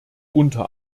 unter